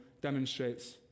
demonstrates